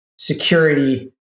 security